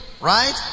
Right